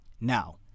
Now